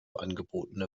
angebotene